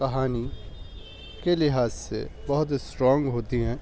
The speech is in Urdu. کہانی کے لیے لحاظ سے بہت اسٹرانگ ہوتی ہیں